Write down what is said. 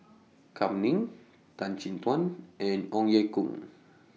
Kam Ning Tan Chin Tuan and Ong Ye Kung